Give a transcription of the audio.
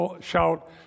shout